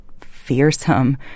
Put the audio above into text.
fearsome